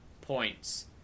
points